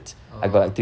oh